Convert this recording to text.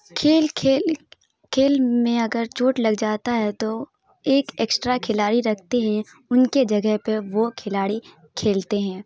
کھیل کھیل کھیل میں اگر چوٹ لگ جاتا ہے تو ایک اکسٹرا کھلاڑی رکھتے ہیں ان کے جگہ پہ وہ کھلاڑی کھیلتے ہیں